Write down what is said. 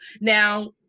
Now